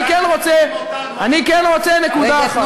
אני כן רוצה נקודה אחת.